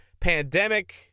pandemic